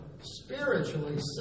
spiritually